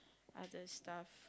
other stuff